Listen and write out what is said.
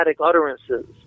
utterances